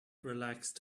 relaxed